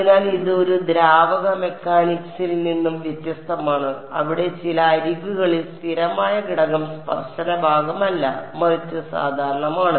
അതിനാൽ ഇത് ഈ ദ്രാവക മെക്കാനിക്സിൽ നിന്ന് വ്യത്യസ്തമാണ് അവിടെ ചില അരികുകളിൽ സ്ഥിരമായ ഘടകം സ്പർശന ഭാഗമല്ല മറിച്ച് സാധാരണമാണ്